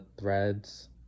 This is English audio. threads